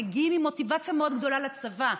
שמגיעים עם מוטיבציה מאוד גדולה לצבא.